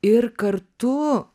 ir kartu